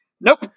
nope